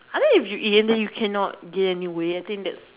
I think if you eat and then you cannot gain any weight I think that's